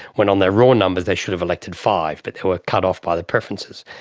when on their raw numbers they should have elected five but they were cut off by the preferences.